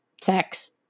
sex